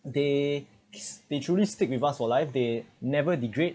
they they truly stick with us for life they never degrade